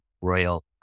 royal